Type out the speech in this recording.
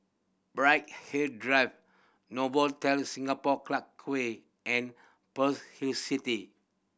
Bright Hill Drive Novotel Singapore Clarke Quay and Pearl's Hill City